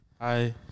Hi